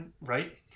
right